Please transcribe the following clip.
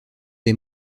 des